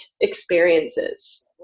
experiences